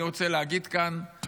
אני רוצה להגיד כאן -- תודה.